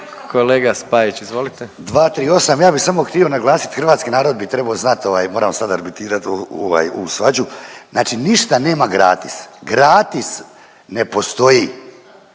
Kolega Spajić, izvolite. **Spajić, Daniel (DP)** 238. Ja bih samo htio naglasiti, hrvatski narod bi trebao znati, ovaj, moram sad arbitrirat u ovaj, u svađu, znači ništa nema gratis. Gratis ne postoji.